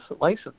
license